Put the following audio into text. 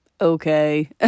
okay